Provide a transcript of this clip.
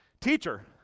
Teacher